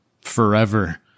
forever